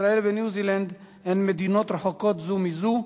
ישראל וניו-זילנד הן מדינות רחוקות זו מזו,